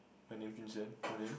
my name is Jun-Xian your name